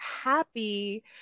happy